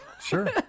Sure